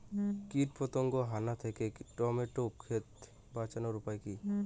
কীটপতঙ্গের হানা থেকে টমেটো ক্ষেত বাঁচানোর উপায় কি?